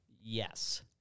Yes